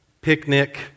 picnic